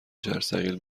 جرثقیل